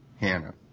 Hannah